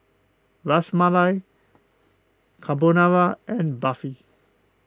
Ras Malai Carbonara and Barfi